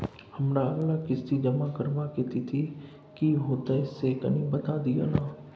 हमर अगला किस्ती जमा करबा के तिथि की होतै से कनी बता दिय न?